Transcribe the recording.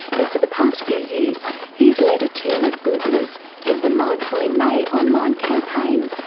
and for the past few years he's led a team of googlers in the mindful in may online campaign,